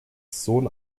sohn